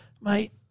mate